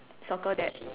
circle that